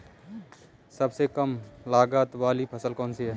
सबसे कम लागत वाली फसल कौन सी है?